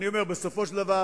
אני אומר שבסופו של דבר